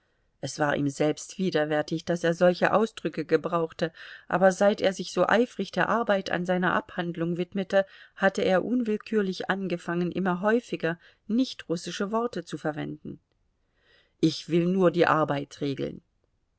es war ihm selbst widerwärtig daß er solche ausdrücke gebrauchte aber seit er sich so eifrig der arbeit an seiner abhandlung widmete hatte er unwillkürlich angefangen immer häufiger nichtrussische worte zu verwenden ich will nur die arbeit regeln